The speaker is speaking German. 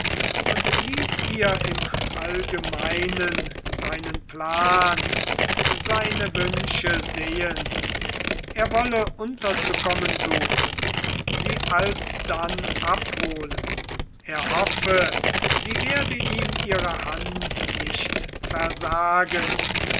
und ließ ihr im allgemeinen seinen plan seine wünsche sehen er wolle unterzukommen suchen sie alsdann abholen er hoffe sie werde ihm ihre hand nicht versagen